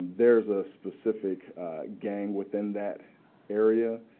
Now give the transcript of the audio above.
there is a specific gang within that area.